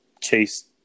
Chase